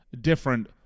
different